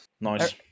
Nice